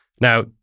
Now